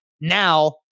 Now